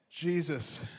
Jesus